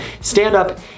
Stand-up